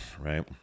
right